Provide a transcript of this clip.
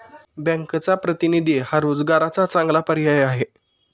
बँकचा प्रतिनिधी हा रोजगाराचा चांगला पर्याय आहे